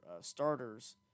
starters